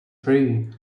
free